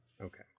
Okay